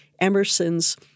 Emerson's